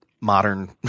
modern